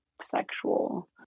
sexual